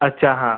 अच्छा हां